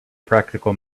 practical